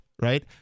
right